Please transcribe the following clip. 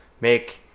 make